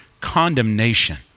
condemnation